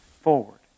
forward